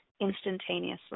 instantaneously